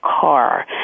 car